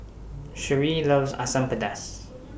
Sheree loves Asam Pedas